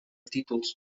títols